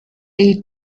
they